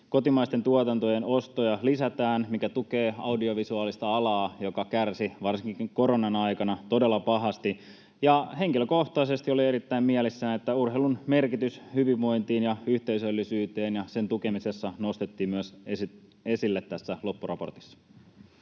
Kotimaisten tuotantojen ostoja lisätään, mikä tukee audiovisuaalista alaa, joka kärsi varsinkin koronan aikana todella pahasti. Ja henkilökohtaisesti olen erittäin mielessäni siitä, että urheilun merkitys hyvinvoinnille ja yhteisöllisyydelle ja sen tukemiselle nostettiin myös esille tässä loppuraportissa.